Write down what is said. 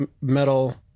metal